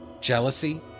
jealousy